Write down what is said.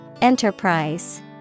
Enterprise